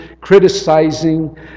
criticizing